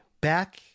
Back